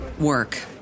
work